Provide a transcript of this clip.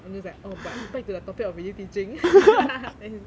I'm just like oh but back to the topic of relief teaching then he